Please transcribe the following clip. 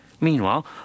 Meanwhile